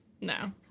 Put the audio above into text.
No